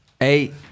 Eight